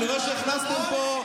ואני רואה שהכנסתם פה,